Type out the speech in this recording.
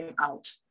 out